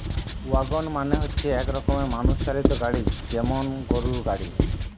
wagon মানে হচ্ছে এক রকমের মানুষ চালিত গাড়ি যেমন গরুর গাড়ি